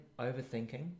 overthinking